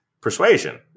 persuasion